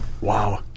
Wow